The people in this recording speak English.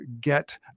get